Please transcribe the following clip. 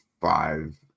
five